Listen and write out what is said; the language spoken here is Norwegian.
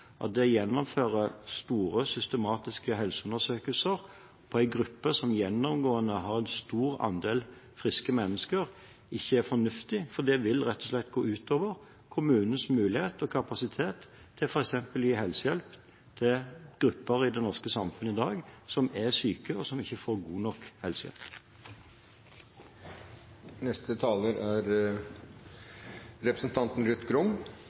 det å gjennomføre store systematiske helseundersøkelser på en gruppe som gjennomgående har en stor andel friske mennesker, ikke er fornuftig, for det vil rett og slett gå ut over kommunenes mulighet og kapasitet til f.eks. å gi helsehjelp til grupper i det norske samfunn som i dag er syke, og som ikke får god nok